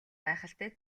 гайхалтай